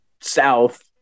South